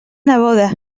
neboda